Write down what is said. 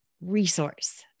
resource